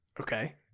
Okay